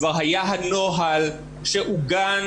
כבר היה הנוהל שעוגן